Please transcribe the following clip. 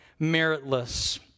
meritless